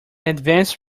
advanced